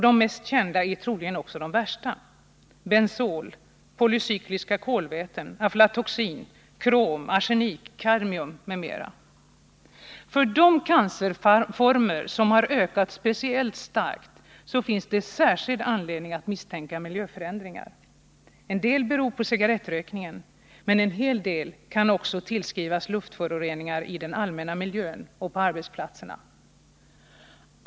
De mest kända är troligen också de värsta: bensol, polycykliska kolväten, aflatoxin, krom, arsenik, kadmium m.m. För de cancerformer som har ökat speciellt starkt finns särskild anledning att misstänka miljöförändringar. En del beror på cigarettrökningen, men en hel del kan också tillskrivas luftföroreningar i den allmänna miljön och på arbetsplatserna.